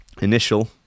initial